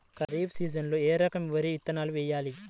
ఖరీఫ్ సీజన్లో ఏ రకం వరి విత్తనాలు వేయాలి?